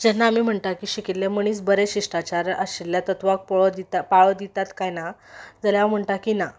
जेन्ना आमी म्हणटा की शिकिल्ले मनीस बरे शिश्टाचार आशिल्ल्या तत्वाक पळो दिता पाळो दितात काय ना जाल्या हांव म्हणटा की ना